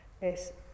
es